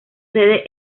sede